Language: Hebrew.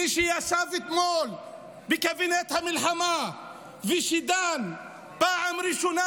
מי שישב אתמול בקבינט המלחמה ודן פעם ראשונה